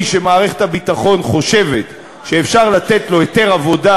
שמערכת הביטחון חושבת שאפשר לתת לו היתר עבודה